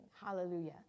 Hallelujah